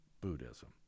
Buddhism